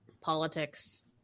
politics